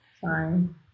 Fine